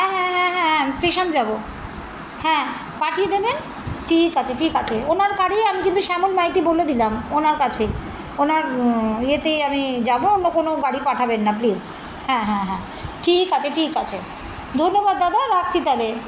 হ্যাঁ হ্যাঁ হ্যাঁ হ্যাঁ হ্যাঁ স্টেশন যাবো হ্যাঁ পাঠিয়ে দেবেন ঠিক আছে ঠিক আছে ওনার কাড়েই আমি কিন্তু শ্যামল মাইতি বলে দিলাম ওনার কাছেই ওনার ইয়েতেই আমি যাবো অন্য কোনো গাড়ি পাঠাবেন না প্লিস হ্যাঁ হ্যাঁ হ্যাঁ ঠিক আছে ঠিক আছে ধন্যবাদ দাদা রাখছি তাহলে